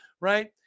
right